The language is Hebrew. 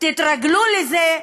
תתרגלו לזה,